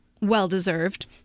well-deserved